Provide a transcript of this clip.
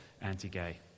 anti-gay